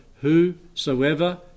whosoever